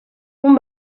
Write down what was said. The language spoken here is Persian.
اون